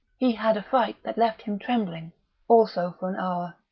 he had a fright that left him trembling also for an hour.